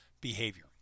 behavior